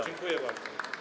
Dziękuję bardzo.